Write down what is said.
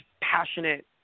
passionate